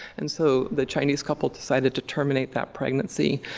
and so the chinese couple decided to terminate that pregnancy.